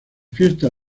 fiesta